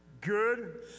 good